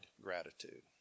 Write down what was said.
gratitude